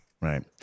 Right